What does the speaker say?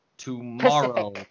Tomorrow